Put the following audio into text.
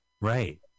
Right